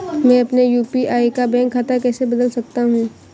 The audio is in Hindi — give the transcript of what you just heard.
मैं अपने यू.पी.आई का बैंक खाता कैसे बदल सकता हूँ?